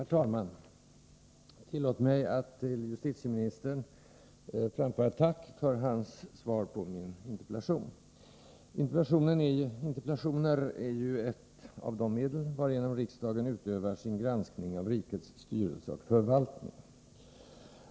Herr talman! Tillåt mig att till justitieministern framföra ett tack för hans svar på min interpellation. Interpellationer är ju ert av de medel varigenom riksdagen utövar sin granskning av rikets styrelse och förvaltning.